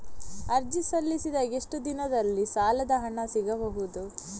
ಅರ್ಜಿ ಸಲ್ಲಿಸಿದ ಎಷ್ಟು ದಿನದಲ್ಲಿ ಸಾಲದ ಹಣ ಸಿಗಬಹುದು?